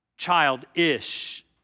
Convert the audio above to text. Childish